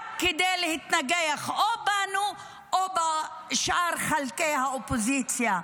כדי להתנגח או בנו או בשאר חלקי האופוזיציה.